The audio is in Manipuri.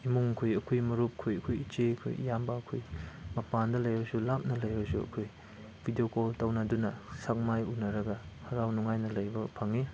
ꯏꯃꯨꯡꯈꯣꯏ ꯑꯩꯈꯣꯏ ꯃꯔꯨꯞꯈꯣꯏ ꯑꯩꯈꯣꯏ ꯏꯆꯦꯈꯣꯏ ꯑꯩꯈꯣꯏ ꯏꯌꯥꯝꯕꯈꯣꯏ ꯃꯄꯥꯟꯗ ꯂꯩꯔꯁꯨ ꯂꯥꯞꯅ ꯂꯩꯔꯁꯨ ꯑꯩꯈꯣꯏ ꯚꯤꯗꯤꯑꯣ ꯀꯣꯜ ꯇꯧꯅꯗꯨꯅ ꯁꯛ ꯃꯥꯏ ꯎꯟꯅꯔꯒ ꯍꯔꯥꯎ ꯅꯨꯡꯉꯥꯏꯅ ꯂꯩꯕ ꯐꯪꯉꯤ